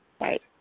Right